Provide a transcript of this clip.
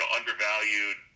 undervalued